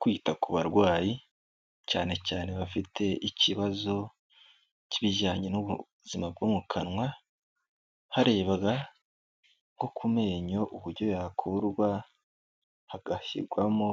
Kwita ku barwayi cyane cyane bafite ikibazo cy'ibijyanye n'ubuzima bwo mu kanwa, harebwa nko ku menyo, uburyo yakurwa, hagashyirwamo